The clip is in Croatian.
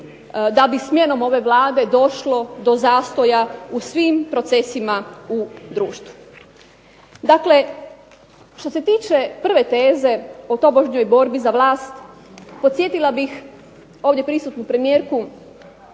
da bi smjenom ove Vlade došlo do zastoja u svim procesima u društvu. Dakle, što se tiče prve teze o tobožnjoj borbi za vlast podsjetila bih ovdje prisutnu premijerku